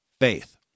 faith